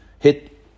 hit